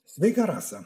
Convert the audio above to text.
sveika rasa